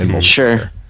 Sure